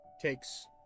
takes